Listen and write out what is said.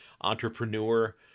entrepreneur